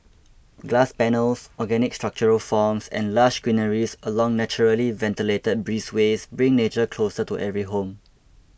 glass panels organic structural forms and lush greenery along naturally ventilated breezeways bring nature closer to every home